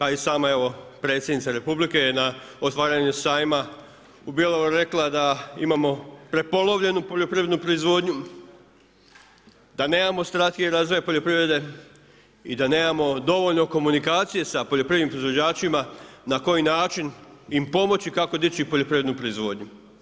A i sama evo predsjednika Republike je na otvaranju sajma u Bjelovaru rekla da imamo prepolovljenu poljoprivrednu proizvodnju, da nemamo strategiju razvoja poljoprivrede i da nemamo dovoljno komunikacije sa poljoprivrednim proizvođačima na koji način im pomoći, kako dići poljoprivrednu proizvodnju.